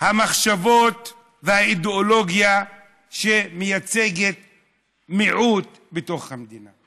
המחשבות והאידיאולוגיה של מיעוט בתוך המדינה,